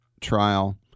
trial